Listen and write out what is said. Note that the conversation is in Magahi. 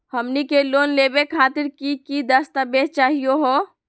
हमनी के लोन लेवे खातीर की की दस्तावेज चाहीयो हो?